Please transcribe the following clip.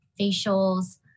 facials